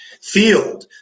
field